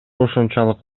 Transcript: ушунчалык